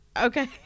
Okay